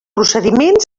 procediment